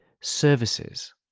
Services